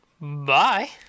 bye